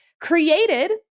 created